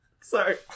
Sorry